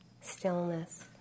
stillness